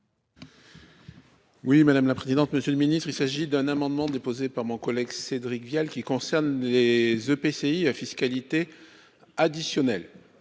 Oui madame la présidente, monsieur le ministre, il s'agit d'un amendement déposé par mon collègue Cédric Vial qui concerne les EPCI à fiscalité additionnelle.